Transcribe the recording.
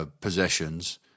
possessions